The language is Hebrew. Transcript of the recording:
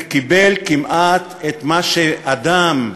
וקיבל כמעט את מה שאדם,